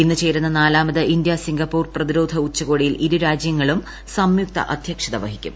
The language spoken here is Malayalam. ഇന്ന് ചേരുന്ന നാലാമത് ഇന്ത്യ സിംഗപ്പൂർ പ്രതിരോധ ഉച്ചകോടിയിൽ ഇരുരാജ്യങ്ങളും സംയുക്ത അധ്യക്ഷത വഹിക്കും